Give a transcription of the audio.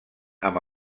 amb